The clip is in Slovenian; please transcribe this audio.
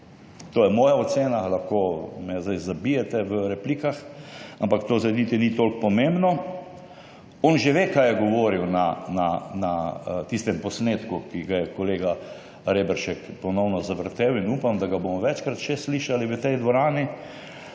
To je moja ocena. Lahko me zdaj zabijete v replikah, ampak to zdaj niti ni toliko pomembno. On že ve, kaj je govoril na tistem posnetku, ki ga je kolega Reberšek ponovno zavrtel, in upam, da ga bomo še večkrat slišali v tej dvorani.